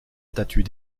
statues